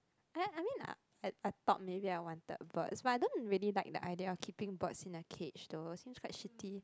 I I mean I I I thought maybe I wanted birds but I don't really like the idea of keeping birds in a cage though seems quite shitty